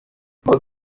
barlow